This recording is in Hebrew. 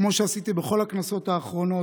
כמו שעשיתי בכל הכנסות האחרונות,